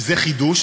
שזה חידוש,